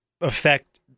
affect